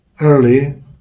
early